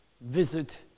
visit